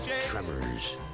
Tremors